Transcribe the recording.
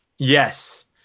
Yes